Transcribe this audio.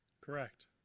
Correct